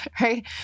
Right